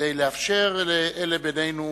כדי לאפשר לאלה בינינו